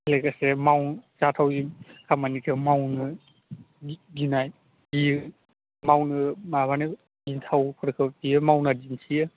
लोगोसे माव जाथावै खामानिखौ मावनो गिनाय गियो मावनो माबानो गिथावफोरखौ बियो मावना दिन्थियो